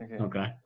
Okay